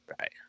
Right